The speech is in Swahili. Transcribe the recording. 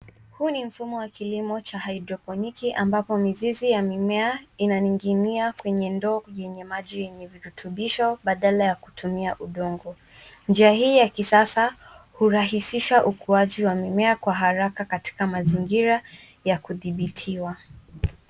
Huu ni mfumo wa kilimo cha haidroponiki ambapo mizizi ya mimea imening'inia kwenye ndoo yenye maji yenye virutubisho, badala ya kutumia udongo. Njia hii ya kisasa hurahisisha ukuaji wa mimea kwa haraka katika mazingira ya kudhibitiwa.